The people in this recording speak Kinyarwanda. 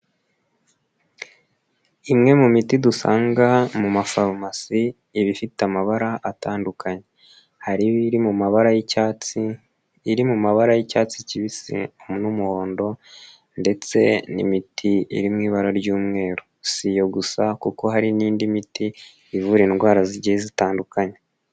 Imwe mu miti dusanga mu mafarumasi, iba ifite amabara atandukanye. Hari iba iri mu mabara y'icyatsi, iri mu mabara y'icyatsi kibisi n'umuhondo ndetse n'imiti iri mu ibara ry'umweru. Si iyo gusa kuko hari n'indi miti ivura indwara zigiye zitandukanye.